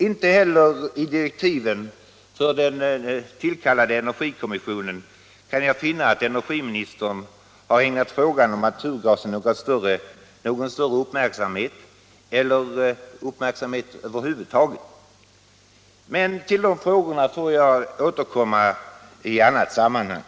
Inte heller i direktiven för den tillkallade energikommissionen kan jag finna att energiministern har ägnat frågan om naturgasen någon större uppmärksamhet eller någon uppmärksamhet alls. Men till dessa frågor får jag återkomma i annat sammanhang.